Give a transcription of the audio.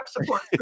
support